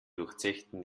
durchzechten